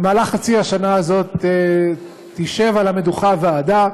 במהלך חצי השנה הזאת תשב על המדוכה ועדה